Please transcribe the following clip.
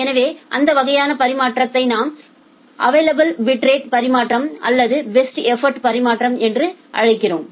எனவே அந்த வகையான பரிமாற்றத்தை நாம் அவைளபில் பிட்ரேட் பரிமாற்றம் அல்லது பெஸ்ட் எபோர்ட் பரிமாற்றம் என்று அழைக்கிறோம்